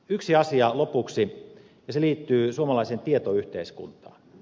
yksi asia lopuksi se liittyy suomalaiseen tietoyhteiskuntaan